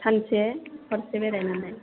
सानसे हरसे बेरायनानै